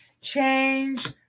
Change